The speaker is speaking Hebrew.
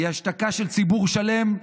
היא השתקה של ציבור שלם,